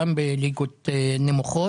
גם בליגות נמוכות.